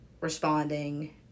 responding